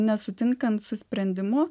nesutinkant su sprendimu